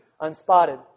unspotted